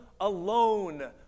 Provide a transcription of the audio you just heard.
alone